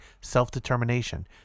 self-determination